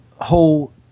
whole